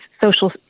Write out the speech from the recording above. social